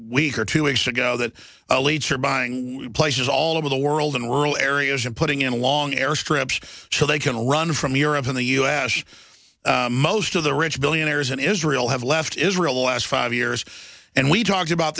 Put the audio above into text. week or two weeks ago that elites are buying places all over the world in rural areas and putting in long air strips so they can run from europe and the u s most of the rich billionaires in israel have left israel last five years and we talked about